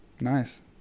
Nice